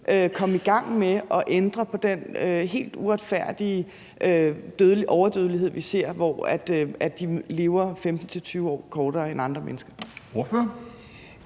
komme i gang med at ændre på den helt uretfærdige overdødelighed, vi ser, hvor de lever 15-20 år kortere end andre mennesker?